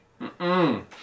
-mm